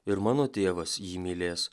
ir mano tėvas jį mylės